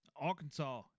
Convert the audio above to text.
Arkansas